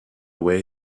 way